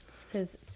says